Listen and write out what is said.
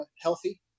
healthy